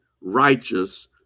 righteous